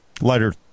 lighter